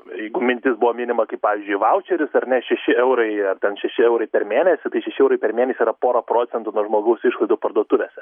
jeigu mintis buvo minima kaip pavyzdžiui vaučeris ar ne šeši eurai ar ten šeši eurai per mėnesį tai šeši eurai per mėnesį yra pora procentų nuo žmogaus išlaidų parduotuvėse